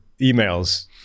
emails